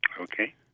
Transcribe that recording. Okay